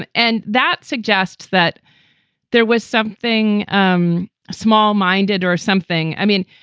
and and that suggests that there was something um small minded or something. i mean,